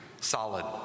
solid